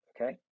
okay